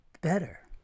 better